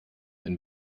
ein